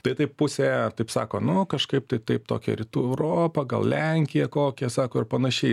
tai taip pusė taip sako nu kažkaip tai taip tokia rytų europa gal lenkija kokia sako ir panašiai